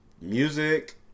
music